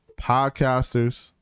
podcasters